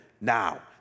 now